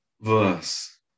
verse